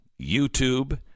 YouTube